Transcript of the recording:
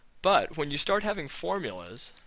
but when you start having formulas,